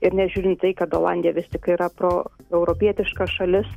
ir nežiūrint į tai kad olandija vis tik yra proeuropietiška šalis